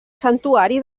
santuari